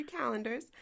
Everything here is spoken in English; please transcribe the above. calendars